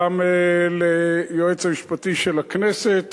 גם ליועץ המשפטי של הכנסת